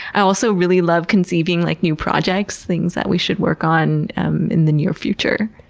i also really love conceiving like new projects, things that we should work on in the near future.